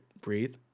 Breathe